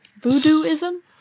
Voodooism